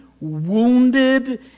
wounded